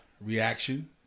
reaction